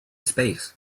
space